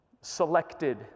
selected